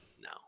No